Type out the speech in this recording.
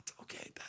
okay